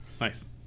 nice